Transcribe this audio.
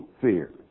fear